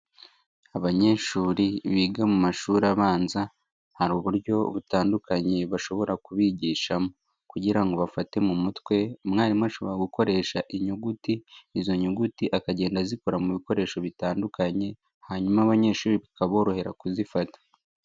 Abanyeshuri biga mu mashuri abanza, hari uburyo butandukanye bashobora kubigishamo kugira ngo bafate mu mutwe, umwarimu ashobora gukoresha inyuguti, izo nyuguti akagenda azikora mu bikoresho bitandukanye, hanyuma abanyeshuri bikaborohera kuzifata.